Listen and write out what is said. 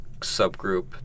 subgroup